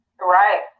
right